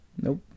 Nope